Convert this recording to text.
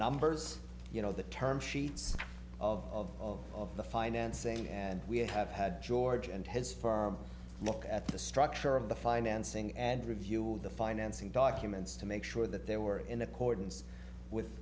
numbers you know the term sheets of the financing and we have had george and his firm look at the structure of the financing and review the financing documents to make sure that they were in accordance with